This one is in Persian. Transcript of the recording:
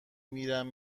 میرم